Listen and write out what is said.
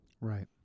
Right